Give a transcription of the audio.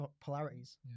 polarities